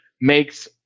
makes